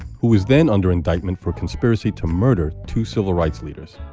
who was then under indictment for conspiracy to murder two civil rights leaders.